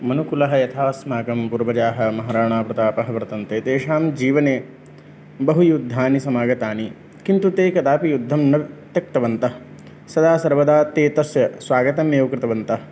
मनुकुलः यथा अस्माकं पूर्वजाः महाराणाप्रतापः वर्तन्ते तेषां जीवने बहुयुद्धानि समागतानि किन्तु ते कदापि युद्धं न त्यक्तवन्तः सदा सर्वदा ते तस्य स्वागतमेव कृतवन्तः